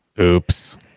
Oops